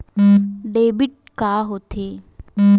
Debit का होथे?